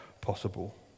possible